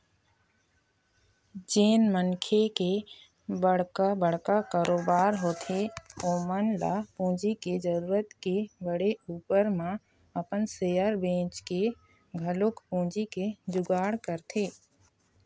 जेन मनखे के बड़का बड़का कारोबार होथे ओमन ल पूंजी के जरुरत के पड़े ऊपर म अपन सेयर बेंचके घलोक पूंजी के जुगाड़ करथे